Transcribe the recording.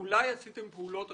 אולי עשיתם פעולות אכיפה,